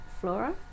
flora